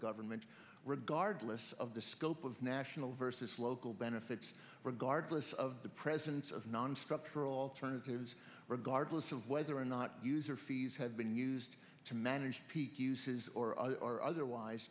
government regardless of the scope of national versus local benefits regardless of the presence of nonstructural alternatives regardless of whether or not user fees have been used to manage peak uses or are otherwise